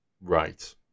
right